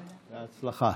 בהצלחה.